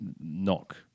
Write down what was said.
knock